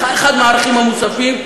אחד מהערכים המוספים,